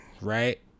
Right